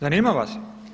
Zanima vas?